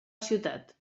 ciutat